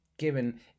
given